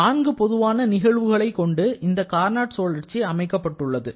நான்கு பொதுவான நிகழ்வுகளை கொண்டு இந்த கார்னாட் சுழற்சி அமைக்கப்பட்டுள்ளது